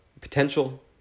potential